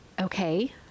Okay